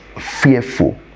fearful